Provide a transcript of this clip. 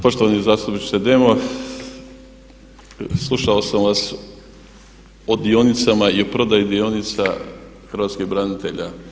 Poštovani zastupniče Demo, slušao sam vas o dionicama i o prodaji dionica Hrvatskih branitelja.